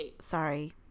sorry